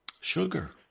Sugar